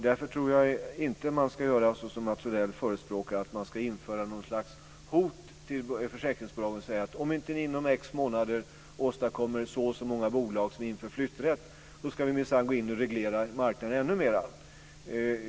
Därför tror jag inte att man ska göra så som Mats Odell förespråkar, nämligen införa ett slags hot mot försäkringsbolagen och säga: Om ni inte inom ett visst antal månader åstadkommer så och så många bolag som inför flytträtt, ska vi minsann gå in och reglera marknaden ännu mera.